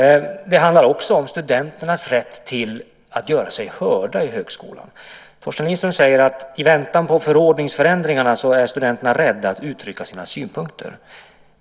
Det handlar också om studenternas rätt att göra sig hörda i högskolan. Torsten Lindström säger att i väntan på förordningsförändringarna är studenterna rädda att uttrycka sina synpunkter.